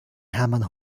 hermann